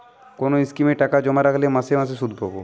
কোন স্কিমে টাকা জমা রাখলে মাসে মাসে সুদ পাব?